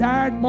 Dad